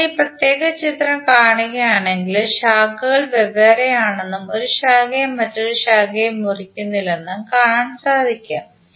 അതിനാൽ ഈ പ്രത്യേക ചിത്രം കാണുകയാണെങ്കിൽ ശാഖകൾ വെവ്വേറെയാണെന്നും ഒരു ശാഖയും മറ്റൊരു ശാഖയും മുറിക്കുന്നില്ലെന്നും കാണാൻ സാധിക്കും